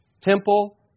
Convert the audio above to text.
temple